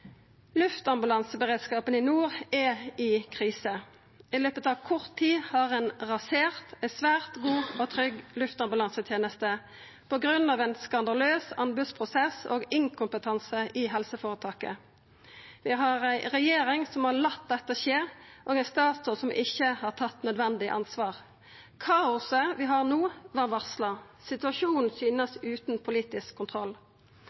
Luftambulanseberedskapen i nord er i krise. I løpet av kort tid har ein rasert ei svært god og trygg luftambulanseteneste på grunn av ein skandaløs anbodsprosess og inkompetanse i helseføretaket. Vi har ei regjering som har latt dette skje, og ein statsråd som ikkje har tatt nødvendig ansvar. Kaoset vi har no, var varsla. Situasjonen synest å vera utan politisk kontroll.